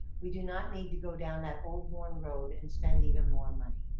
we do not need to go down that old worn road and spend even more money.